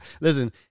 Listen